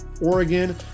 Oregon